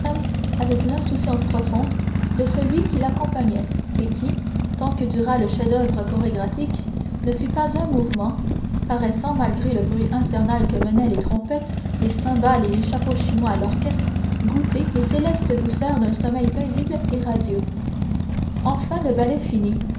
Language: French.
avec l'insouciance profonde de celui qui l'accompagnait et qui tant que dura le chef-d'oeuvre chorégraphique ne fit pas un mouvement paraissant malgré le bruit infernal que menaient les trompettes les cymbales et les chapeaux chinois à l'orchestre goûter les célestes douceurs d'un sommeil paisible et radieux enfin le ballet finit